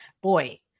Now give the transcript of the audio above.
boy